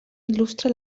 il·lustra